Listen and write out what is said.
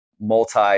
multi